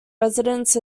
residents